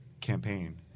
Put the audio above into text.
campaign